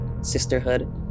sisterhood